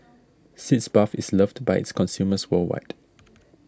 Sitz Bath is loved by its customers worldwide